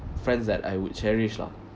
friends that I would cherish lah